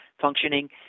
functioning